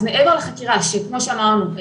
אז מעבר לחקירה שכמו שאמרנו,